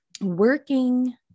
working